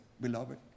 beloved